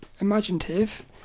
imaginative